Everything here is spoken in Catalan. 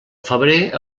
febrer